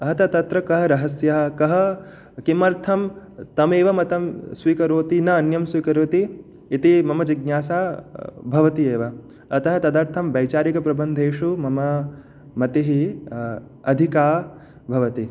अतः तत्र कः रहस्यः कः किमर्थं तमेव मतं स्वीकरोति न अन्यं स्वीकरोति इति मम जिज्ञासा भवति एव अतः तदर्थं वैचारिक प्रबन्धेषु मम मतिः अधिका भवति